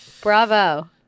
Bravo